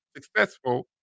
successful